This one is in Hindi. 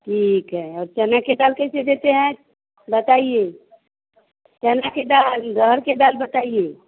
ठीक है और चना के दाल कैसे देते हें बताइए चना के दाल अरहर के दाल बताइए